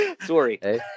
Sorry